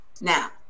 now